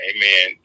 Amen